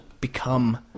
become